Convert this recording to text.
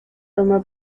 tomó